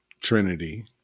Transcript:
Trinity